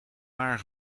naar